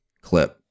clip